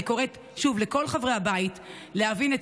אני קוראת שוב לכל חברי הבית להבין את